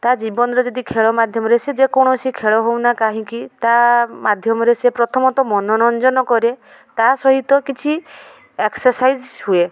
ତା' ଜୀବନରେ ଯଦି ଖେଳ ମାଧ୍ୟମରେ ସେ ଯେକୌଣସି ଖେଳ ହେଉନା କାହିଁକି ତା' ମାଧ୍ୟମରେ ସେ ପ୍ରଥମତଃ ମନୋରଞ୍ଜନ କରେ ତା'ସହିତ କିଛି ଏକ୍ସର୍ସାଇଜ୍ ହୁଏ